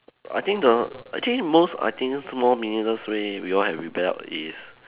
I think the I think most I think small meaningless way we all have rebelled is